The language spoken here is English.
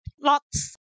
lots